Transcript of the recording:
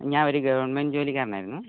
ഞാൻ ഒരു ഗവൺമെൻറ്റ് ജോലിക്കാരൻ ആയിരുന്നു